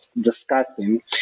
discussing